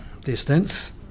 Distance